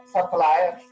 suppliers